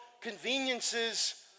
conveniences